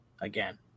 again